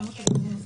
השימוש בהם,